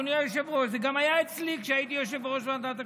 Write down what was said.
אדוני היושב-ראש: זה גם היה אצלי כשהייתי יושב-ראש ועדת הכספים,